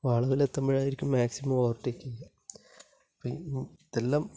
വളവിൽ എത്തുമ്പോഴായിരിക്കും maximum overtaking പിന്നെ ഇതെല്ലാം